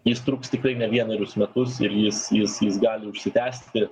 jis truks tikrai ne vienerius metus ir jis jis jis gali užsitęsti